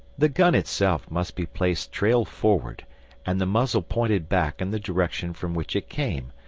the gun itself must be placed trail forward and the muzzle pointing back in the direction from which it came,